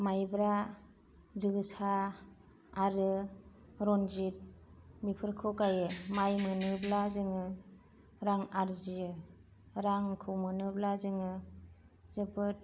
माइब्रा जोसा आरो रनजिद बिफोरखौ गायो माइ मोनोब्ला जोङो रां आर्जियो रांखौ मोनोब्ला जोङो जोबोद